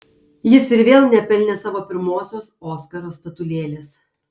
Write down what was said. jis ir vėl nepelnė savo pirmosios oskaro statulėlės